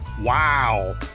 Wow